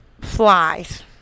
Flies